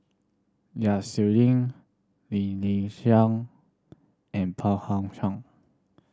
Yap Su Yin Lim Nee Siang and